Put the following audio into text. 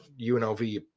UNLV